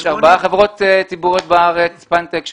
יש ארבע חברות ציבוריות בארץ - פלנקטקס,